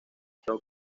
show